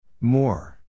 More